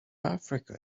africa